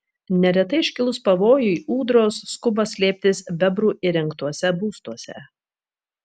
neretai iškilus pavojui ūdros skuba slėptis bebrų įrengtuose būstuose